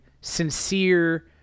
sincere